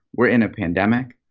we're in a pandemic,